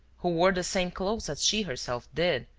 who wore the same clothes as she herself did,